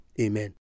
Amen